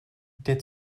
der